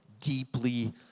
deeply